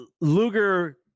Luger